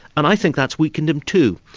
and i think that's weakened him, too.